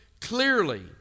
clearly